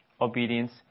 obedience